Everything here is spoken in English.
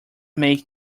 make